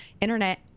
internet